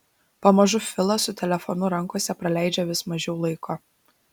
pamažu filas su telefonu rankose praleidžia vis mažiau laiko